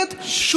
סיכום.